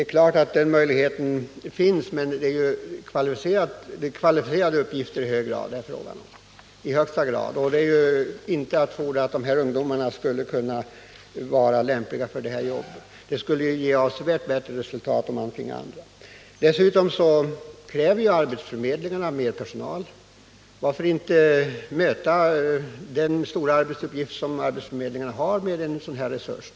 Självfallet fins den möjligheten, men det är fråga om i högsta grad kvalificerade uppgifter, och man kan inte förutsätta att dessa ungdomar skulle vara lämpliga för dem. Det skulle ge ett avsevärt bättre resultat, om man kunde anlita andra, erfarna krafter med erfarenhet från företagens arbete och förutsättningar.. Dessutom kräver arbetsförmedlingarna mer personal. Varför då inte möta den stora arbetsuppgift som arbetsförmedlingarna har med en sådan resurs?